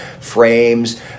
frames